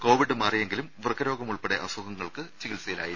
Covid മാറിയെങ്കിലും വ്യക്കരോഗമുൾപ്പെടെ അസുഖങ്ങൾക്ക് ചികിത്സയിലായിരുന്നു